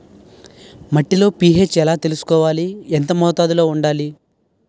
మట్టిలో పీ.హెచ్ ఎలా తెలుసుకోవాలి? ఎంత మోతాదులో వుండాలి?